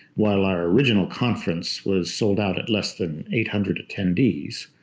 while our original conference was sold out at less than eight hundred attendees,